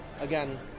Again